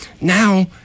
now